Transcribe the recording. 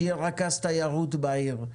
שיהיה רכז תיירות בעיר,